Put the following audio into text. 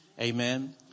Amen